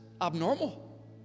abnormal